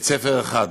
בית-ספר אחד